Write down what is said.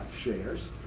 shares